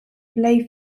lay